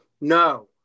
no